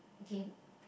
game